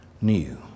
new